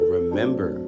Remember